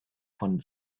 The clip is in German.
von